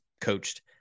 coached